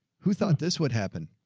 who thought this would happen.